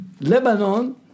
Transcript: Lebanon